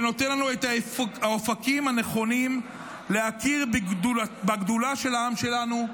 שנותן לנו את האופקים הנכונים להכיר בגדולה של העם שלנו,